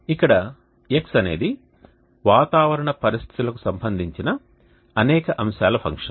ఇక్కడ x అనేది వాతావరణ పరిస్థితులకు సంబంధించిన అనేక అంశాల ఫంక్షన్